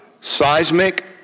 Seismic